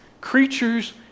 creatures